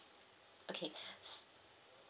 okay